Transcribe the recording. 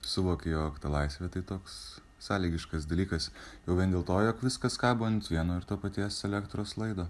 suvoki jog ta laisvė tai toks sąlygiškas dalykas jau vien dėl to jog viskas kabo ant vieno ir to paties elektros laido